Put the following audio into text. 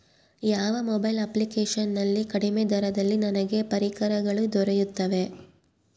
ಯಾವ mobile application ನಲ್ಲಿ ಕಡಿಮೆ ದರದಲ್ಲಿ ನನಗೆ ಪರಿಕರಗಳು ದೊರೆಯುತ್ತವೆ?